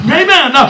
amen